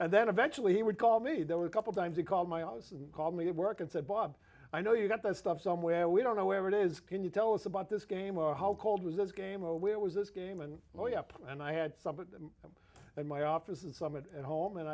and then eventually he would call me there were a couple times he called my office and called me at work and said bob i know you got that stuff somewhere we don't know where it is can you tell us about this game or how cold was this game or where was this game and oh yeah and i had some of them in my office and some it at home and